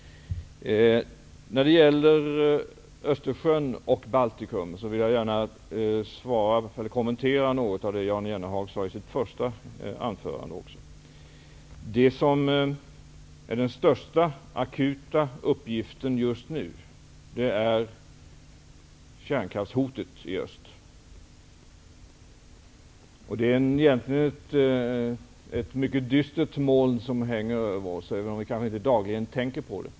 När det gäller Östersjön och Baltikum vill jag gärna kommentera något av det Jan Jennehag sade i sitt anförande. Den största akuta uppgiften just nu är kärnkraftshotet i öst. Det är ett mycket dystert moln som hänger över oss, även om vi inte dagligen tänker på det.